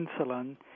insulin